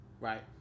right